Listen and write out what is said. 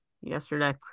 yesterday